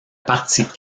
partie